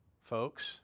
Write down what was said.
Folks